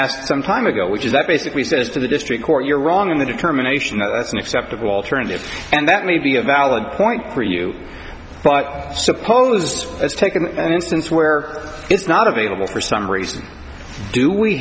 asked some time ago which is that basically says to the district court you're wrong in the determination that's an acceptable alternative and that may be a valid point for you but suppose it's taken an instance where it's not available for some reason do we